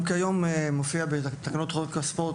גם כיום זה מופיע בתקנות חוק הספורט